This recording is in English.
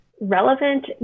relevant